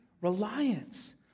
reliance